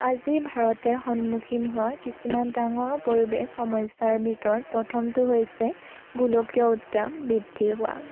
আজি ভাৰতে সন্মুখীন হোৱা কিছুমান ডাঙৰ পৰিৱেশ সমস্যাৰ ভিতৰত প্ৰথমটো হৈছে গোলকীয় উত্তাপ বৃদ্ধি হোৱা